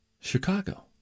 Chicago